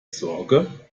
sorge